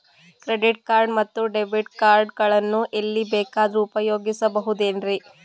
Credit card ಮತ್ತು debit card ಗಳನ್ನು ಎಲ್ಲಿ ಬೇಕಾದ್ರು ಉಪಯೋಗಿಸಬಹುದೇನ್ರಿ?